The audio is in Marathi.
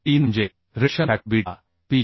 3 म्हणजे रिडक्शन फॅक्टर बीटा पी